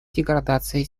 деградации